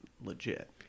legit